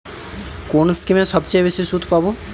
কোন স্কিমে সবচেয়ে বেশি সুদ পাব?